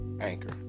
Anchor